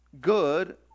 Good